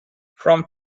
from